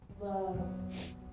love